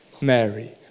Mary